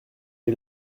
est